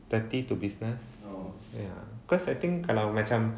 thirty to business ya cause I think kalau macam